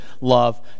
love